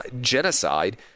genocide